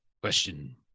Question